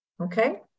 Okay